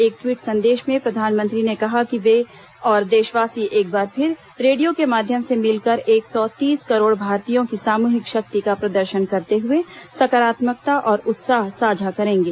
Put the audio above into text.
एक ट्वीट संदेश में प्रधानमंत्री ने कहा कि वे और देशवासी एक बार फिर रेडियो के माध्यम से मिलकर एक सौ तीस करोड़ भारतीयों की सामूहिक शक्ति का प्रदर्शन करते हुए सकारात्मकता और उत्साह साझा करेंगे